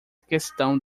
questão